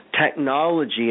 technology